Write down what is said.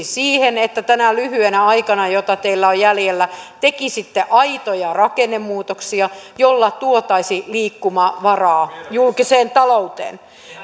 siihen että tänä lyhyenä aikana jota teillä on jäljellä tekisitte aitoja rakennemuutoksia joilla tuotaisiin liikkumavaraa julkiseen talouteen